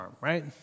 right